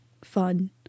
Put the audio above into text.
fun